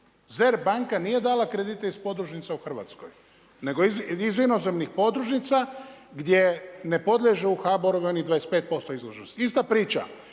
SBER banka nije dala kredite iz podružnica u Hrvatskoj, nego iz inozemnih podružnica gdje ne podliježu onih HBOR-ovih onih 25% …/Govornik se ne